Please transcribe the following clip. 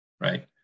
right